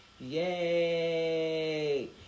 Yay